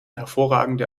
hervorragende